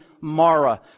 Mara